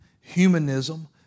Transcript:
humanism